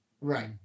Right